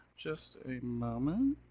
just a moment.